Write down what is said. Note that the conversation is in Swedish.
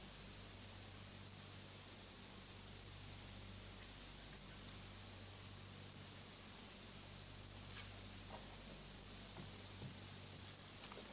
Internationellt utvecklingssamar